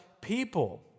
people